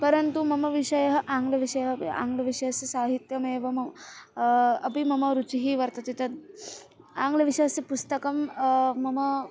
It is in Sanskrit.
परन्तु मम विषयः आङ्ग्लविषयः अपि आङ्ग्लविषयस्य साहित्यमेव मम अपि मम रुचिः वर्तते तद् आङ्ग्लविषयस्य पुस्तकं मम